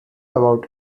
about